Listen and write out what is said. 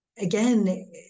Again